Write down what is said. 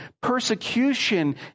persecution